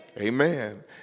Amen